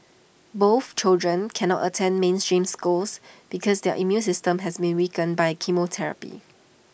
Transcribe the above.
both children cannot attend mainstream schools because their immune systems has been weakened by chemotherapy